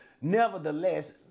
nevertheless